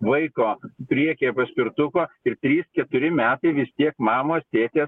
vaiko priekyje paspirtuko ir trys keturi metai vis tiek mamos tėtės